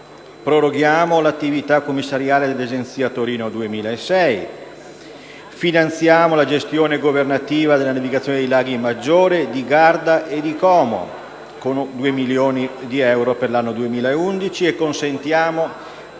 Proroghiamo l'attività commissariale dell'Agenzia Torino 2006. Finanziamo la gestione governativa della navigazione dei laghi Maggiore, di Garda e di Como con 2 milioni di euro per l'anno 2011, e consentiamo a